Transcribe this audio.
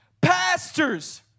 pastors